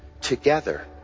Together